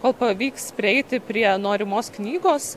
kol pavyks prieiti prie norimos knygos